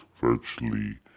virtually